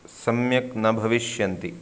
सम्यक् न भविष्यन्ति